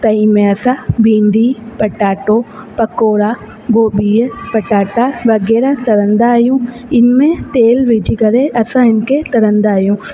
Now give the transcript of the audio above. तई में असां भिंडी पटाटो पकौड़ा गोबीअ पटाटा वग़ैरह तरंदा आहियूं इनमें तेल विझी करे असां इनखे तरंदा आहियूं